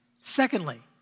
Secondly